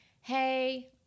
hey